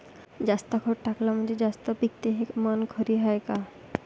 जास्त खत टाकलं म्हनजे जास्त पिकते हे म्हन खरी हाये का?